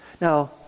Now